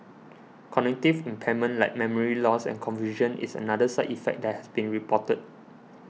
cognitive impairment like memory loss and confusion is another side effect that has been reported